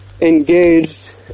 engaged